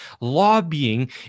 lobbying